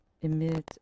emit